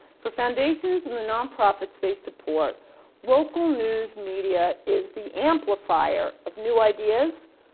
for foundations and the non-profits they support local news media is the amplifier of new ideas,